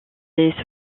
les